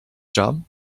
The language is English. job